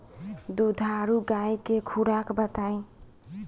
दुधारू गाय के खुराक बताई?